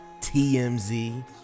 tmz